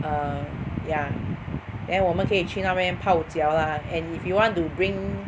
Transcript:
err yeah then 我们可以去那边泡脚 lah and if you want to bring